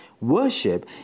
worship